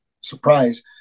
surprise